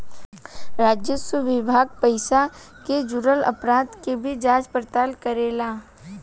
राजस्व विभाग पइसा से जुरल अपराध के भी जांच पड़ताल करेला